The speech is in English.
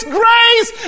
grace